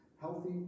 healthy